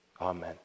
Amen